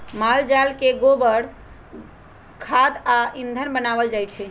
माल जाल के गोबर से खाद आ ईंधन बनायल जाइ छइ